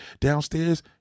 downstairs